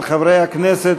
חברי הכנסת,